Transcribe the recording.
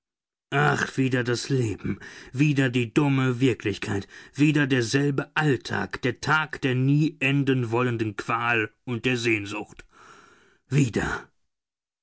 ach wieder das leben wieder die dumme wirklichkeit wieder derselbe alltag der tag der nie endenwollenden qual und der sehnsucht wieder